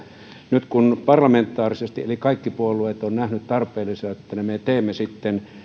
nyt kun parlamentaarisesti eli kaikki puolueet ovat nähneet tarpeellisena että me teemme